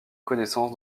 connaissance